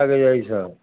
लागैए ईसब